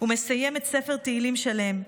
ומסיימת ספר תהילים שלם,